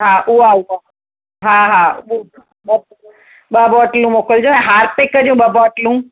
हा उहा उहा हा हा उहा ॿ बॉटलूं मोकिलिजो ऐं हारपिक ॿ बॉटलूं